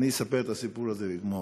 אספר את הסיפור הזה ואגמור.